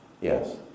Yes